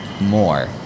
more